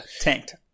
Tanked